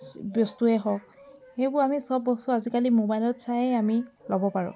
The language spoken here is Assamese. বস্তুৱে হওক সেইবোৰ আমি চব বস্তু আজিকালি মোবাইলত চায়েই আমি ল'ব পাৰোঁ